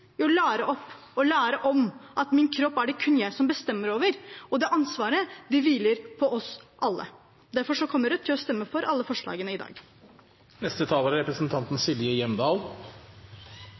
å lære opp og lære om at min kropp er det kun jeg som bestemmer over, og det ansvaret hviler på oss alle. Derfor kommer Rødt til å stemme for alle forslagene i